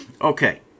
Okay